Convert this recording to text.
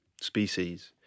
species